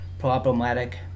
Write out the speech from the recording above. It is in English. problematic